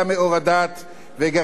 וגרם רעה לעצמו,